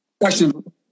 Question